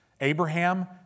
Abraham